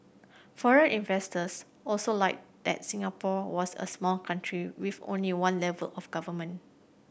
foreign investors also liked that Singapore was a small country with only one level of government